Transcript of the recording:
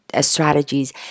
strategies